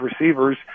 receivers